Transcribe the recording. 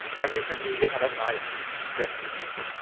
and you can really have a nice, friendly city.